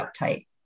uptight